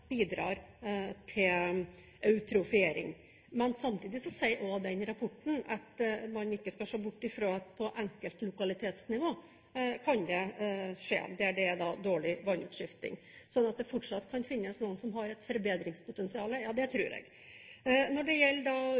bidrar til eutrofiering. Men samtidig sier også den rapporten at man ikke skal se bort fra at på enkeltlokalitetsnivå kan det skje der det er dårlig vannutskifting. Så at det fortsatt kan finnes noen som har et forbedringspotensial, det tror jeg. Når det gjelder